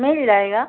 मिल जाएगा